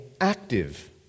active